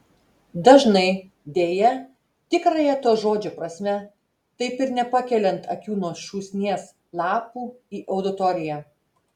dažnai deja tikrąja to žodžio prasme taip ir nepakeliant akių nuo šūsnies lapų į auditoriją